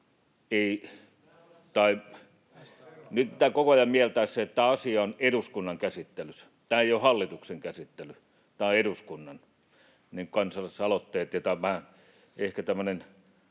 Nyt pitää koko ajan mieltää se, että tämä asia on eduskunnan käsittelyssä. Tämä ei ole hallituksen käsittely, tämä on eduskunnan käsittely, kansalaisaloitteet, ja tämä on vähän ehkä tämmöinen